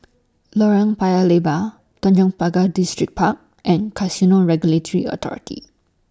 Lorong Paya Lebar Tanjong Pagar Distripark and Casino Regulatory Authority